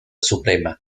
suprema